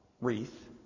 wreath